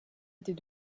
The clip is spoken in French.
était